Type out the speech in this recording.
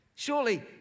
Surely